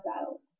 battles